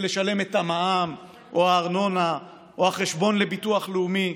לשלם את המע"מ או הארנונה או החשבון לביטוח לאומי?